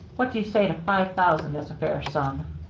what do you say to five thousand as a fair sum?